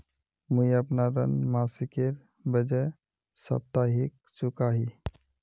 मुईअपना ऋण मासिकेर बजाय साप्ताहिक चुका ही